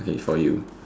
okay for you